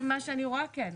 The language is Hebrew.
ממה שאני רואה, כן.